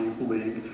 League